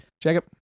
Jacob